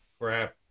crap